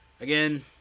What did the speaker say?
again